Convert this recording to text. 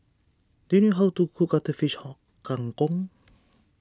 do you know how to cook Cuttlefish Kang Kong